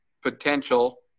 potential